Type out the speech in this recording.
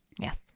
Yes